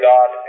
God